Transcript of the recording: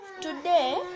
Today